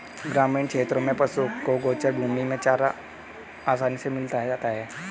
ग्रामीण क्षेत्रों में पशुओं को गोचर भूमि में चारा आसानी से मिल जाता है